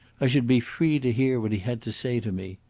i should be free to hear what he had to say to me.